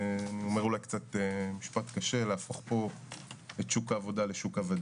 אני אומר משפט אולי קצת קשה את שוק העבודה לשוק עבדים.